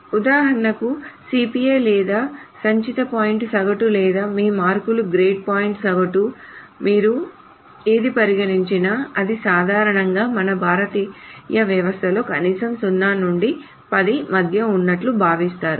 ఉదాహరణకు సిపిఏ లేదా సంచిత పాయింట్ సగటు లేదా మీ మార్కులు గ్రేడ్ పాయింట్ సగటు మీరు ఏది పరిగణించినా అవి సాధారణంగా మన భారతీయ వ్యవస్థలలో కనీసం 0 నుండి 10 మధ్య ఉన్నట్లు భావిస్తారు